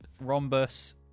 Rhombus